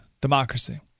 democracy